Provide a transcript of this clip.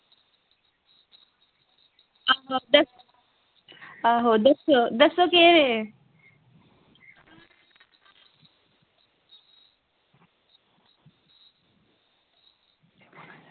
बस आहो दस्सो दस्सो केह्